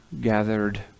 gathered